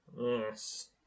Yes